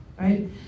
right